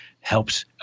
helps